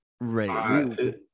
right